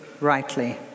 rightly